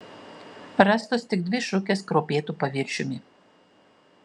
rastos tik dvi šukės kruopėtu paviršiumi